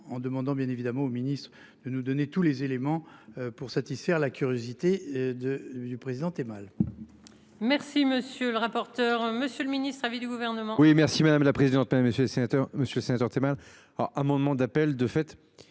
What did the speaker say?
en demandant, bien évidemment au ministre de nous donner tous les éléments pour satisfaire la curiosité de du président est mal. Merci monsieur le rapporteur. Monsieur le ministre avait du gouvernement. Oui merci madame la présidente, mesdames, messieurs les sénateurs, Monsieur optimal ah amendement d'appel de fait.